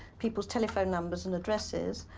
people's telephone numbers and addresses.